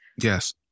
Yes